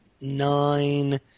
nine